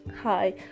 Hi